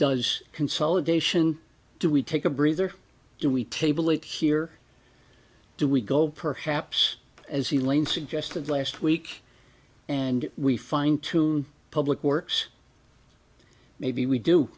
does consolidation do we take a breather do we table it here do we go perhaps as the lane suggested last week and we fine tune public works maybe we do